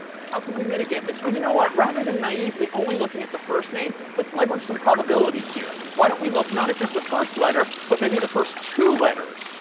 how could we mitigate this? well, you know what, rather than naively only looking at the first name, let's leverage some probabilities here. why don't we look not at just the first letter, but maybe the first two letters?